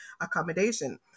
accommodation